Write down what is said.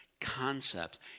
concepts